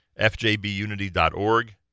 Fjbunity.org